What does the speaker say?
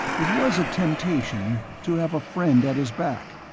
it was a temptation to have a friend at his back.